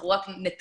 אנחנו רק נתווך